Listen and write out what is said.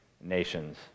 nations